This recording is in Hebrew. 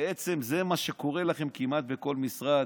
בעצם, זה מה שקורה לכם כמעט בכל משרד.